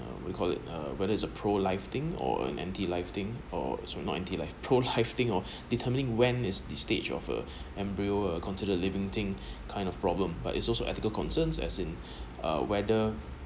what you call it uh whether is a pro life thing or anti life thing oh it's not anti life pro life thing on determining when is this stage of uh embryo uh considered a living thing kind of problem but it's also ethical concerns as in uh whether